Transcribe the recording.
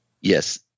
Yes